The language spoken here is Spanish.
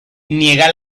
niega